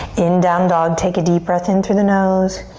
in down dog take a deep breath in through the nose.